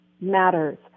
matters